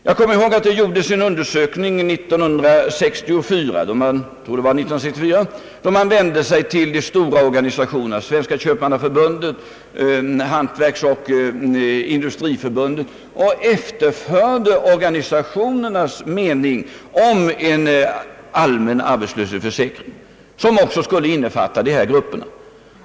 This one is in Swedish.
Jag kommer ihåg att det år 1964 gjordes en undersökning på detta område. Man vände sig till de stora organisationerna — Sveriges köpmannaförbund och Sveriges hantverksoch industriorganisation — och efterhörde organisationernas mening om en allmän arbetslöshetsförsäkring, som skulle innefatta också dessa grupper.